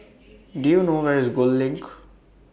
Do YOU know Where IS Gul LINK